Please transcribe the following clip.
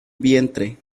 vientre